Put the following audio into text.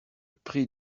prix